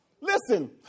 Listen